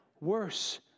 worse